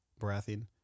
Baratheon